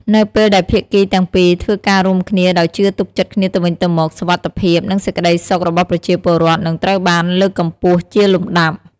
នៅពេលដែលភាគីទាំងពីរធ្វើការរួមគ្នាដោយជឿទុកចិត្តគ្នាទៅវិញទៅមក សុវត្ថិភាព និងសេចក្តីសុខរបស់ប្រជាពលរដ្ឋនឹងត្រូវបានលើកកម្ពស់ជាលំដាប់។